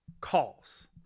calls